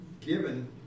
given